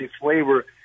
flavor